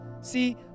See